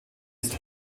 ist